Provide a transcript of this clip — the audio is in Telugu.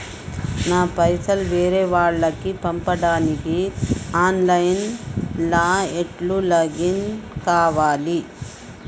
నా పైసల్ వేరే వాళ్లకి పంపడానికి ఆన్ లైన్ లా ఎట్ల లాగిన్ కావాలి?